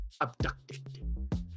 abducted